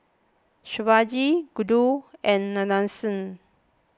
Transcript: Shivaji Gouthu and Nadesan